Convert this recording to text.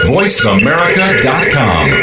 VoiceAmerica.com